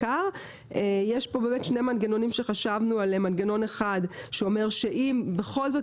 יש שני מנגנונים שחשבנו עליהם: מנגנון אחד אומר שאם בכל זאת